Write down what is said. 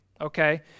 okay